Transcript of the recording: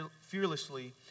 fearlessly